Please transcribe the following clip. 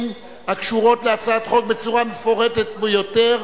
הקשורות להצעת החוק בצורה מפורטת ביותר,